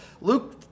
Luke